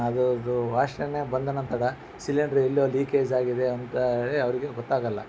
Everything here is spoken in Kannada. ಅದರ್ದು ವಾಸನೆ ಬಂದ ನಂತರ ಸಿಲಿಂಡ್ರ್ ಎಲ್ಲೋ ಲೀಕೇಜ್ ಆಗಿದೆ ಅಂತ ಹೇಳಿ ಅವರಿಗೆ ಗೊತ್ತಾಗೋಲ್ಲ